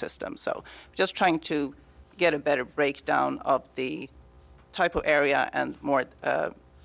system so just trying to get a better breakdown of the type of area and more